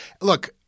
Look